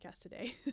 today